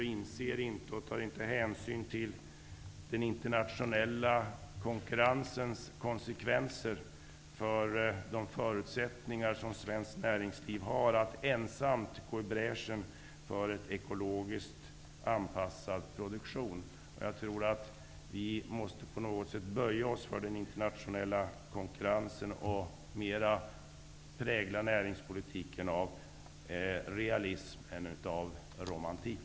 Han inser inte och tar inte hänsyn till den internationella konkurrensens konsekvenser för de förutsättningar som svenskt näringsliv har att ensamt gå i bräschen för en ekologiskt anpassad produktion. Vi måste på något sätt böja oss för den internationella konkurrensen och låta näringspolitiken präglas mera av realism än av romantik.